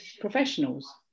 professionals